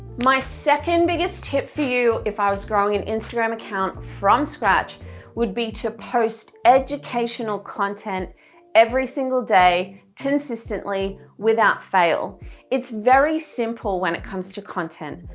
my second biggest tip for you if i was growing an instagram account from scratch would be to post educational content every single day consistently without fail it's very simple when it comes to content,